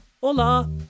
Hola